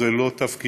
זה לא תפקידנו.